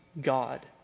God